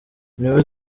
niwe